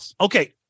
Okay